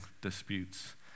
disputes